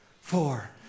four